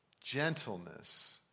gentleness